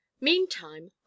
Meantime